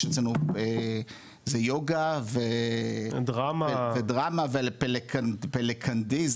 יש אצלנו יוגה ודרמה ולפלקנדי,